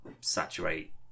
saturate